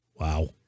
Wow